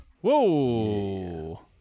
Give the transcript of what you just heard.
Whoa